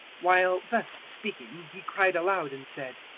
while thus speaking, he cried aloud and said,